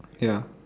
ya